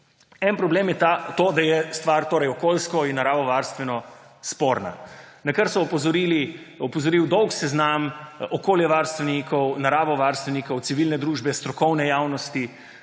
En problem je to, da je stvar okoljsko in naravovarstveno sporna, na kar je opozoril dolg seznam okoljevarstvenikov, naravovarstvenikov, civilne družbe, strokovne javnosti,